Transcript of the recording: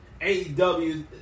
AEW